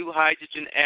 hydrogen